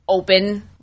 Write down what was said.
open